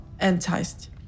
enticed